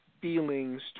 feelings